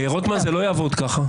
רוטמן, זה לא יעבוד ככה.